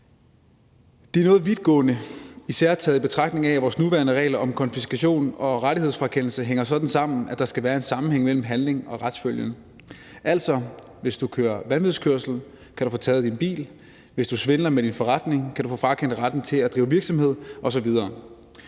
Det er noget vidtgående, især i betragtning af at vores nuværende regler om konfiskation og rettighedsfrakendelse hænger sådan sammen, at der skal være en sammenhæng mellem handling og retsfølge. Altså, hvis du kører vanvidskørsel, kan du få taget din bil; hvis du svindler med din forretning, kan du få frakendt retten til at drive virksomhed osv.